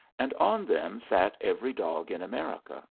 and on them sat every dog in america.